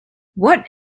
what